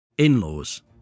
in-laws